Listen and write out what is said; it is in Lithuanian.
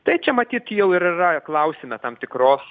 tai čia matyt jau ir yra klausime tam tikros